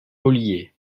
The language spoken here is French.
ollier